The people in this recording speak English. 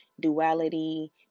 duality